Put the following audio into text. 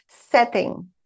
setting